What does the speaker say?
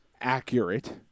accurate